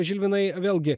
žilvinai vėlgi